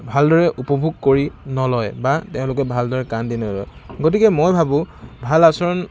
ভালদৰে উপভোগ কৰি নলয় বা তেওঁলোকে ভালদৰে কাণ দি নলয় গতিকে মই ভাবোঁ ভাল আচৰণ